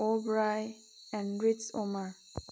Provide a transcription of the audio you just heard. ꯑꯣꯕꯔꯥꯏ ꯑꯦꯟ ꯔꯤꯁ ꯑꯣꯃꯔ